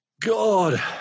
God